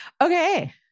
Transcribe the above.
Okay